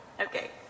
Okay